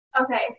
okay